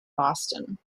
boston